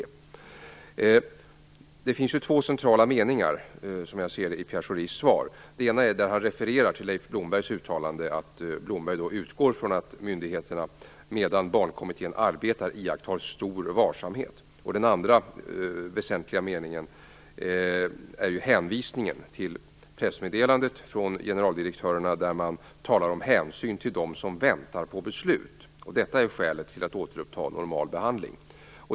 Som jag ser det finns det två centrala meningar i Pierre Schoris svar. Den ena är när han refererar till Leif Blombergs uttalande att Blomberg utgår ifrån att myndigheterna medan Barnkommittén arbetar iakttar stor varsamhet. Den andra väsentliga meningen är hänvisningen till pressmeddelandet från generaldirektörerna där man talar om hänsyn till dem som väntar på beslut, och detta är då skälet för myndigheterna att återuppta normal behandling.